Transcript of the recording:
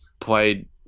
played